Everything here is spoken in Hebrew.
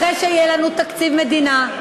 אחרי שיהיה לנו תקציב מדינה,